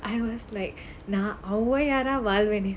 I was like நான்:naan வாழ்வேனே:vazhvanae